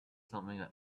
something